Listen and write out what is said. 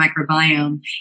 microbiome